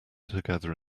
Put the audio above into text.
together